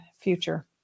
future